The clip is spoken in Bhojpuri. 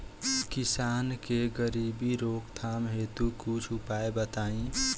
किसान के गरीबी रोकथाम हेतु कुछ उपाय बताई?